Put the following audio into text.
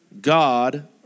God